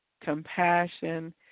compassion